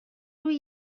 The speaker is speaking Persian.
روی